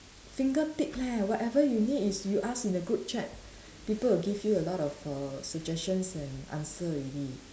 fingertip leh whatever you need is you ask in the group chat people will give you a lot of err suggestions and answer already